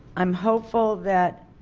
i am hopeful that